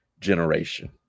generation